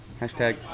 hashtag